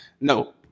no